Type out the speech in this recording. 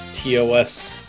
TOS